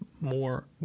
more